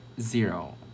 zero